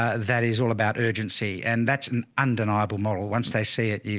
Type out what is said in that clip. ah that is all about urgency and that's an undeniable model. once they see it,